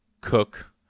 cook